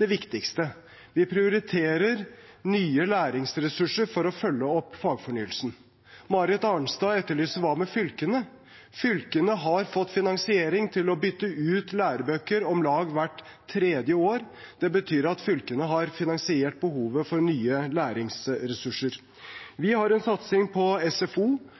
det viktigste. Vi prioriterer nye læringsressurser for å følge opp fagfornyelsen. Marit Arnstad etterlyser – hva med fylkene? Fylkene har fått finansiering til å bytte ut lærebøker om lag hvert tredje år. Det betyr at fylkene har finansiert behovet for nye læringsressurser. Vi har en satsing på SFO,